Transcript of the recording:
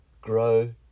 grow